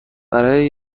برای